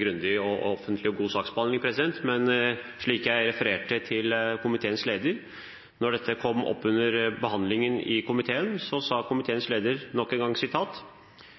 grundig, offentlig og god saksbehandling. Men jeg refererte til komiteens leder og det han sa da dette kom opp under behandlingen i komiteen – jeg siterer nok en gang: